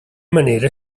manera